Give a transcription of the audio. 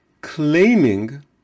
claiming